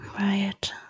right